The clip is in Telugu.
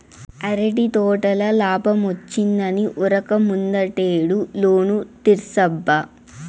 అరటి తోటల లాబ్మొచ్చిందని ఉరక్క ముందటేడు లోను తీర్సబ్బా